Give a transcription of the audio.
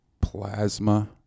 plasma